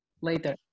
later